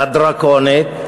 הדרקונית,